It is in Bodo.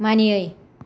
मानियै